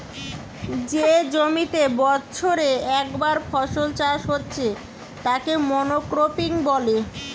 যে জমিতে বছরে একটা ফসল চাষ হচ্ছে তাকে মনোক্রপিং বলে